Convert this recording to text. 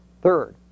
Third